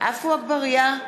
עפו אגבאריה,